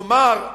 נאמר,